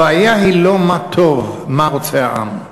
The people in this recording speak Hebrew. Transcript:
הבעיה היא לא מה טוב, מה רוצה העם,